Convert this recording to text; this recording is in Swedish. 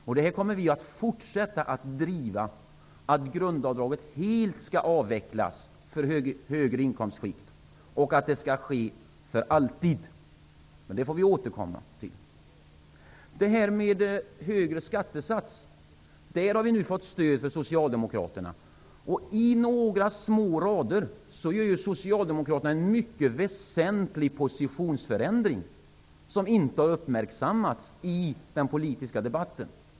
Vänsterpartiet kommer att fortsätta att driva frågan om att grundavdraget skall avvecklas helt när det gäller högre inkomstskikt och att det skall vara så för alltid. Det får vi återkomma till. Vi har fått stöd från Socialdemokraterna för förslaget om en högre skattesats. På några korta rader i betänkandet gör Socialdemokraterna en mycket väsentlig positionsförändring som inte har uppmärksammats i den politiska debatten.